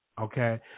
Okay